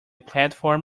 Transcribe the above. platform